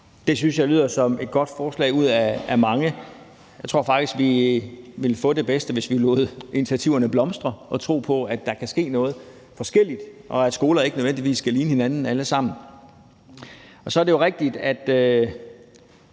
Det synes jeg lyder som et godt forslag ud af mange. Jeg tror faktisk, at vi ville få det bedste, hvis vi lod initiativerne blomstre og troede på, at der kan ske noget forskelligt, og at skoler ikke nødvendigvis skal ligne hinanden alle sammen. Og så er det jo rigtigt, at